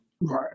Right